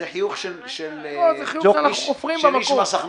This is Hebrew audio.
זה חיוך שאנחנו חופרים במקום.